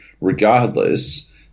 regardless